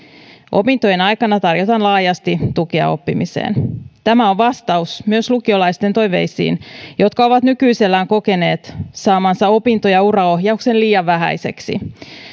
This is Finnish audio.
opintojen aikana tarjotaan laajasti tukea oppimiseen tämä on vastaus myös toiveisiin lukiolaisilta jotka ovat nykyisellään kokeneet saamansa opinto ja uraohjauksen liian vähäiseksi